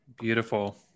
Beautiful